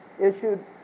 issued